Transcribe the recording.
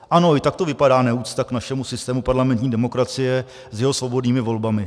Ano, i takto vypadá neúcta k našemu systému parlamentní demokracie s jeho svobodnými volbami.